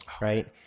right